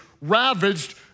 ravaged